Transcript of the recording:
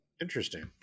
Interesting